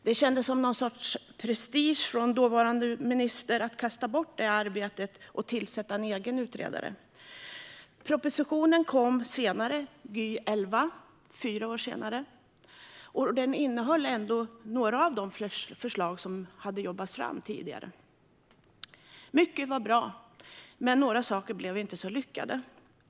Det kändes som någon sorts prestige från den dåvarande ministern att kasta bort det arbetet och tillsätta en egen utredare. Propositionen kom fyra år senare, Gy 2011. Den innehöll ändå några av de förslag som hade jobbats fram tidigare. Mycket var bra, men några saker blev inte så lyckade.